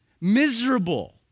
miserable